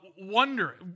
wonder